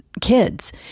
kids